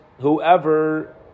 whoever